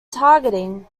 targeting